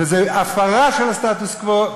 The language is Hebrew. וזו הפרה של הסטטוס-קוו.